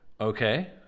Okay